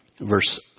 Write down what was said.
verse